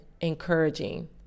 encouraging